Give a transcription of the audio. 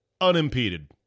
unimpeded